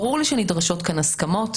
ברור לי שנדרשות כאן הסכמות.